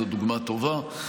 זאת דוגמה טובה.